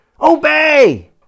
Obey